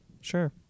Sure